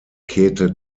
käthe